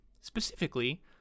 specifically